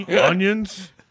onions